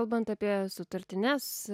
kalbant apie sutartines